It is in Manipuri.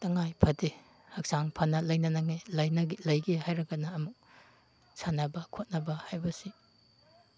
ꯇꯉꯥꯏ ꯐꯗꯦ ꯍꯛꯆꯥꯡ ꯐꯅ ꯂꯩꯒꯦ ꯍꯥꯏꯔꯒꯅ ꯑꯃꯨꯛ ꯁꯥꯟꯅꯕ ꯈꯣꯠꯅꯕ ꯍꯥꯏꯕꯁꯤ